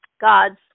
God's